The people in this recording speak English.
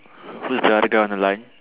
who's the other guy on the line